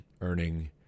earning